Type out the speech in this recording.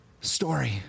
story